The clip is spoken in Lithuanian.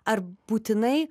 ar būtinai